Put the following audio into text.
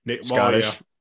Scottish